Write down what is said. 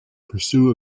pursue